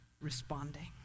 responding